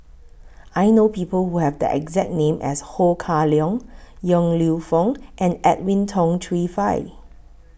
I know People Who Have The exact name as Ho Kah Leong Yong Lew Foong and Edwin Tong Chun Fai